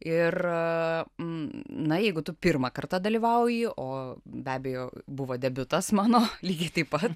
ir na jeigu tu pirmą kartą dalyvauji o be abejo buvo debiutas mano lygiai taip pat